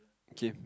okay